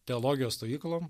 teologijos stovyklom